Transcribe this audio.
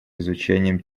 изучением